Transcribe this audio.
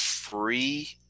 free